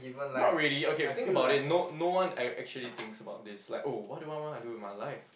not really okay think about it no no one ac~ actually thinks about this like oh what do I wanna do with my life